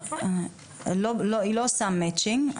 היא לא עושה מצ'ינג,